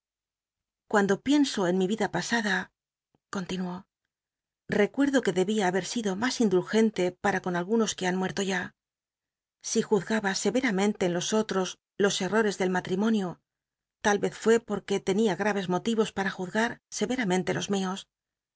cuando pienso en mi vida pasada continuó recuerdo que dcbia haber ido mas indulgente para con algunos que han muerto ya si juzgaba sevcramenle en los otros los citorcs del matrimonio tal cz fué porque tenía graves motivos para juzga r eycramcntc los mios